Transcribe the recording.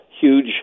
huge